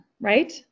right